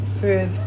food